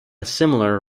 similar